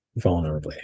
vulnerably